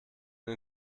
den